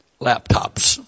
laptops